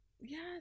yes